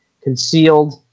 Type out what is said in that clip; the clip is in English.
concealed